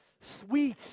Sweet